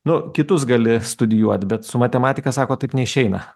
nu kitus gali studijuot bet su matematika sakot taip neišeina